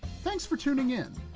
thanks for tuning in.